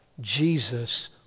Jesus